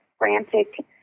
frantic